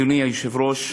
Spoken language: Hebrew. אדוני היושב-ראש,